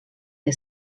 que